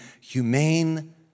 humane